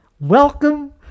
Welcome